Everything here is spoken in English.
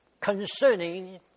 concerning